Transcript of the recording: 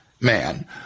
man